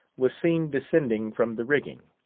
was seen descending from the rigging.